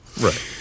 Right